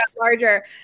larger